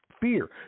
Fear